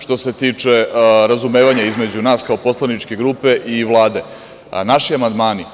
Što se tiče razumevanja između nas kao poslaničke grupe i Vlade, naši amandmani